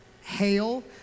hail